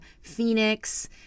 Phoenix